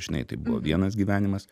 žinai tai buvo vienas gyvenimas